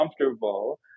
comfortable